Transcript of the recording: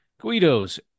Guido's